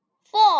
four